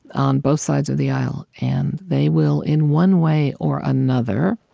on both sides of the aisle, and they will, in one way or another,